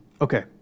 okay